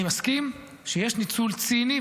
אני מסכים שיש ניצול ציני,